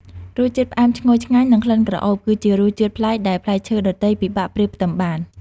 រសជាតិផ្អែមឈ្ងុយឆ្ងាញ់និងក្លិនក្រអូប គឺជារសជាតិប្លែកដែលផ្លែឈើដទៃពិបាកប្រៀបផ្ទឹមបាន។